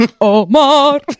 Omar